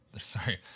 Sorry